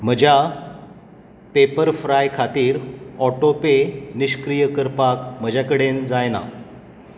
म्हज्या पेपरफ्राय खातीर ऑटोपे निश्क्रीय करपाक म्हजे कडेन जायना